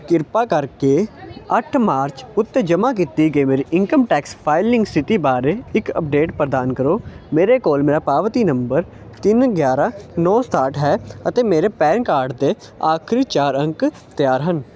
ਕਿਰਪਾ ਕਰਕੇ ਅੱਠ ਮਾਰਚ ਉੱਤੇ ਜਮ੍ਹਾਂ ਕੀਤੀ ਗਈ ਮੇਰੀ ਇਨਕਮ ਟੈਕਸ ਫਾਈਲਿੰਗ ਸਥਿਤੀ ਬਾਰੇ ਇੱਕ ਅਪਡੇਟ ਪ੍ਰਦਾਨ ਕਰੋ ਮੇਰੇ ਕੋਲ ਮੇਰਾ ਪਾਵਤੀ ਨੰਬਰ ਤਿੰਨ ਗਿਆਰਾਂ ਨੌਂ ਸਤਾਹਠ ਹੈ ਅਤੇ ਮੇਰੇ ਪੈਨ ਕਾਰਡ ਦੇ ਆਖਰੀ ਚਾਰ ਅੰਕ ਤਿਆਰ ਹਨ